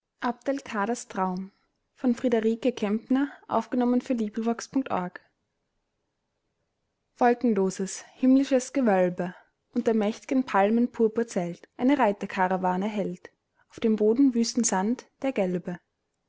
wolkenloses himmlisches gewölbe unter mächt'gen palmen purpurzelt eine reiter karawane hält auf dem boden wüstensand der gelbe